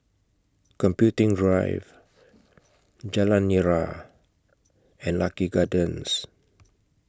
Computing Drive Jalan Nira and Lucky Gardens